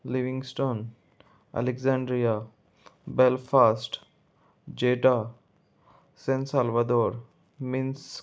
Livingstone Alexandria Belfast जेटा San Salvador means